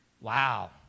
Wow